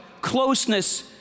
closeness